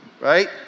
right